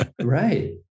right